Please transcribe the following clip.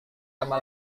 lama